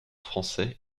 français